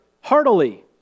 heartily